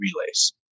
relays